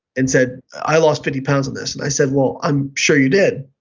and said, i lost fifty pounds on this. and i said, well i'm sure you did,